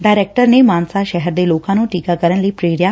director ਨੇ ਮਾਨਸਾ ਸ਼ਹਿਰ ਦੇ ਲੋਕਾਂ ਨੂੰ ਟੀਕਾਕਰਨ ਲਈ ਪ੍ਰੇਰਿਆ